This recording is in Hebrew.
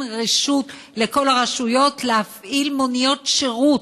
רשות לכל הרשויות להפעיל מוניות שירות,